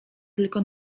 tylko